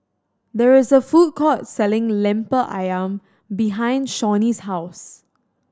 there is a food court selling Lemper Ayam behind Shawnee's house